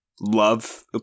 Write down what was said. love